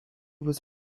was